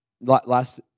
Last